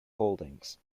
holdings